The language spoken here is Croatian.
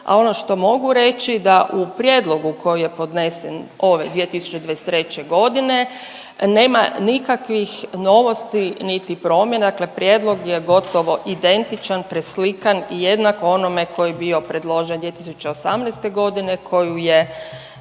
a ono što mogu reći da u prijedlogu koji je podnesen ove 2023. godine nema nikakvih novosti niti promjena. Dakle, prijedlog je gotovo identičan, preslikan i jednak onome koji je bio predložen 2018. godine koji je